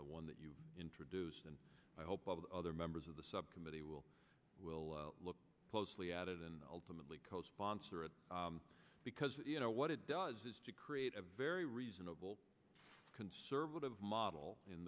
the one that you introduced and i hope of other members of the subcommittee will will look closely at it and ultimately co sponsor it because you know what it does is to create a very reasonable conservative model in